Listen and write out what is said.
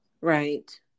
Right